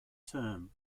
term